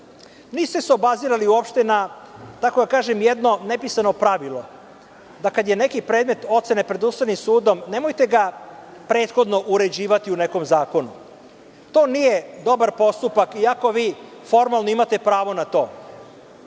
sudom. Niste se obazirali uopšte na jedno nepisano pravilo, da kada je neki predmet ocene pred Ustavnim sudom, nemojte ga prethodno uređivati u nekom zakonu. To nije dobar postupak iako vi formalno imate pravo na